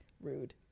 rude